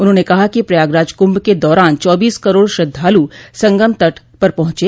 उन्होंने कहा कि प्रयागराज क्रंभ के दौरान चौबीस करोड़ श्रद्वालु संगम तट पर पह चे